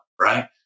right